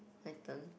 my turn